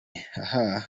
hhhh